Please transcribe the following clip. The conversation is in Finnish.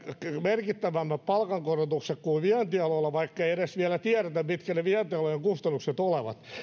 merkittävämmät palkankorotukset kuin vientialoilla vaikkei edes vielä tiedetä mitkä ne vientialojen kustannukset ovat